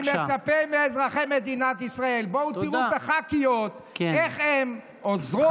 אני מצפה מאזרחי מדינת ישראל: בואו תראו את הח"כיות איך הן עוזרות,